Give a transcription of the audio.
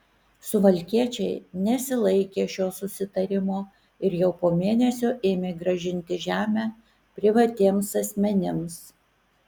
suvalkiečiai nesilaikė šio susitarimo ir jau po mėnesio ėmė grąžinti žemę privatiems asmenims